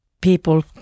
people